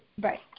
Right